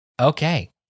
okay